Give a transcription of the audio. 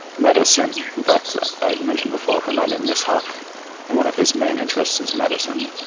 medicine, in fact i mentioned before hunayn ibn ishaq and one of his main interests is medicine.